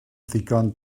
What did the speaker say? ddigon